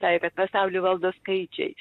sakė kad pasaulį valdo skaičiai